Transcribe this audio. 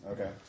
Okay